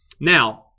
Now